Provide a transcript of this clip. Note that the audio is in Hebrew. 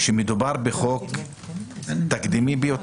,שמדובר בחוק תקדימי ביותר,